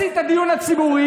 מסיט את הדיון הציבורי.